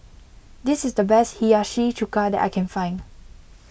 this is the best Hiyashi Chuka that I can find